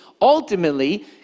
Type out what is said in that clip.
Ultimately